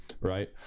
right